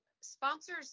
sponsors